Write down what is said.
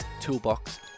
toolbox